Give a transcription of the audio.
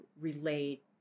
relate